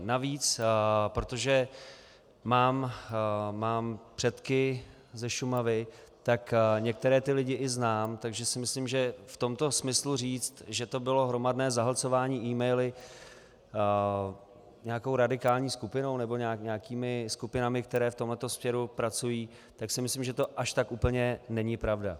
Navíc, protože mám předky ze Šumavy, tak některé ty lidi i znám, takže si myslím, že v tomto smyslu říct, že to bylo hromadné zahlcování emaily nějakou radikální skupinou nebo nějakými skupinami, které v tomto směru pracují, tak si myslím, že to až tak úplně není pravda.